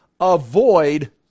Avoid